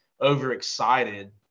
overexcited